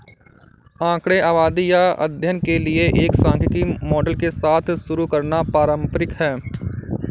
आंकड़े आबादी या अध्ययन के लिए एक सांख्यिकी मॉडल के साथ शुरू करना पारंपरिक है